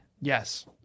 Yes